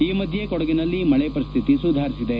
ಈ ಮಧ್ಯೆ ಕೊಡಗಿನಲ್ಲಿ ಮಳೆ ಪರಿಸ್ತಿತಿ ಸುಧಾರಿಸಿದೆ